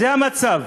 זה המצב.